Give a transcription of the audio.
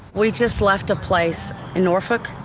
we just left a place in norfolk,